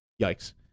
yikes